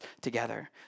together